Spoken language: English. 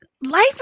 life